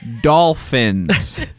Dolphins